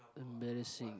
embarrassing